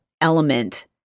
element